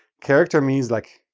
character means like,